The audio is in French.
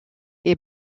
est